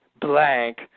blank